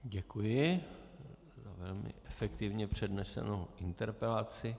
Děkuji za velmi efektivně přednesenou interpelaci.